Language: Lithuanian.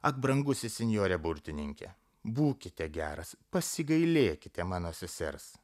ak brangusis sinjore burtininke būkite geras pasigailėkite mano sesers